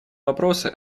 вопросы